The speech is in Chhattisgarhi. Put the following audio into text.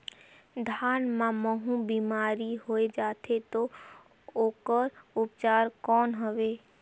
धान मां महू बीमारी होय जाथे तो ओकर उपचार कौन हवे?